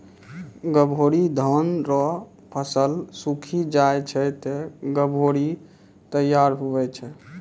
गभोरी धान रो फसल सुक्खी जाय छै ते गभोरी तैयार हुवै छै